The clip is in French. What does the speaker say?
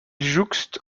jouxte